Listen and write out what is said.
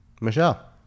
Michelle